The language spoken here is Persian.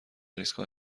ایستگاه